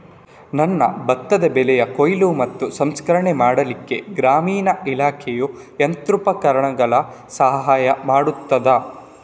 ನನ್ನ ಭತ್ತದ ಬೆಳೆಯ ಕೊಯ್ಲು ಮತ್ತು ಸಂಸ್ಕರಣೆ ಮಾಡಲಿಕ್ಕೆ ಗ್ರಾಮೀಣ ಇಲಾಖೆಯು ಯಂತ್ರೋಪಕರಣಗಳ ಸಹಾಯ ಮಾಡುತ್ತದಾ?